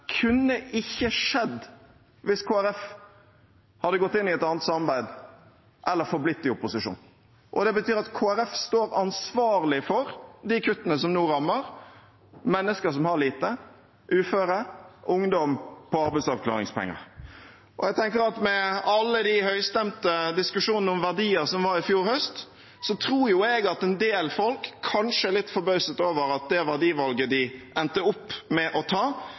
kunne ikke skjedd hvis Kristelig Folkeparti hadde gått inn i et annet samarbeid eller forblitt i opposisjon. Det betyr at Kristelig Folkeparti står ansvarlig for de kuttene som nå rammer, mennesker som har lite, uføre, ungdom på arbeidsavklaringspenger. Jeg tenker at med alle de høystemte diskusjonene om verdier som var i fjor høst, er det en del folk som kanskje er litt forbauset over at det valget de endte opp med å ta,